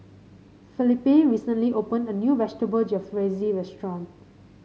Felipe recently opened a new Vegetable Jalfrezi restaurant